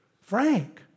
Frank